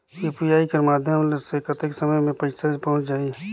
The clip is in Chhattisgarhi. यू.पी.आई कर माध्यम से कतेक समय मे पइसा पहुंच जाहि?